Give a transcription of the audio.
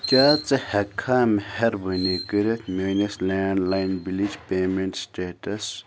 کیٛاہ ژٕ ہیٚکہِ کھا مہربٲنی کٔرتھ میٛٲنس لینٛڈ لاین بلٕچ پیمیٚنٛٹ سٹیٹس